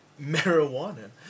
marijuana